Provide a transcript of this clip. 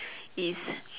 is